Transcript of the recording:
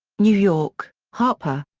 new york harper.